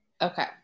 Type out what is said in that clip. Okay